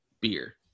beer